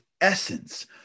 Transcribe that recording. essence